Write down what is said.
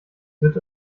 wird